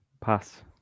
pass